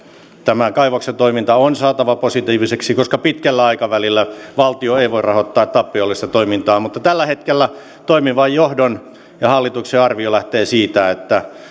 tämä kaivoksen toiminta on saatava positiiviseksi koska pitkällä aikavälillä valtio ei voi rahoittaa tappiollista toimintaa mutta tällä hetkellä toimivan johdon ja hallituksen arvio lähtee siitä että